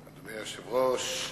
היושב-ראש,